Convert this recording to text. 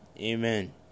amen